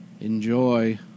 Enjoy